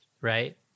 right